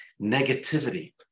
negativity